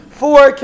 four